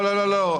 לא, לא.